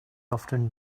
often